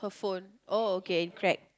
her phone oh okay crack